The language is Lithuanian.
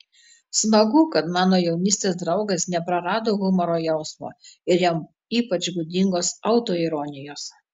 smagu kad mano jaunystės draugas neprarado humoro jausmo ir jam ypač būdingos autoironijos